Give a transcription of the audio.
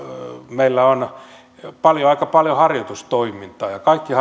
meillä on aika paljon harjoitustoimintaa ja kaikki